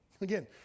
Again